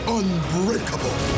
unbreakable